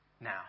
now